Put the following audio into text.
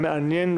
המעניין,